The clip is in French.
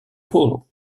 paulo